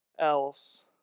else